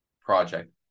project